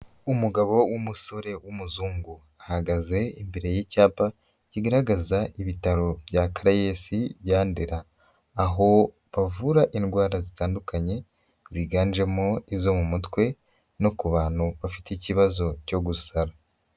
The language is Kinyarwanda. Umugabo w'umusore w'umuzungu, ahagaze imbere y'icyapa kigaragaza ibitaro bya CARAES bya Ndera. Aho bavura indwara zitandukanye ziganjemo izo mu mutwe no ku bantu bafite ikibazo cyo gusara.